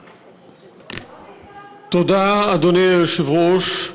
תודה, אדוני היושב-ראש.